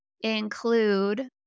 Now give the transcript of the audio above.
include